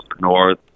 North